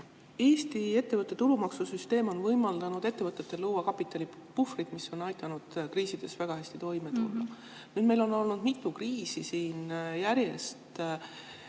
Eesti ettevõtte tulumaksu süsteem on võimaldanud ettevõtetel luua kapitalipuhvrid, mis on aidanud kriisides väga hästi toime tulla. Meil on siin olnud mitu kriisi järjest.